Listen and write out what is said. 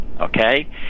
okay